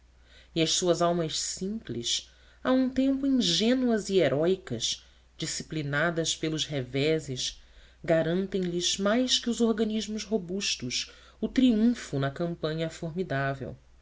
e as suas almas simples a um tempo ingênuas e heróicas disciplinadas pelos reveses garantem lhes mais que os organismos robustos o triunfo na campanha formidável